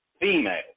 female